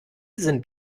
sind